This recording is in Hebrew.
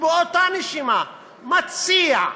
ובאותה נשימה מציע,